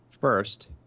first